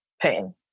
pain